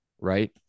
right